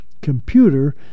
computer